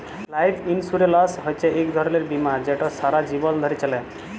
life insurance হছে ইক ধরলের বীমা যেট সারা জীবল ধ্যরে চলে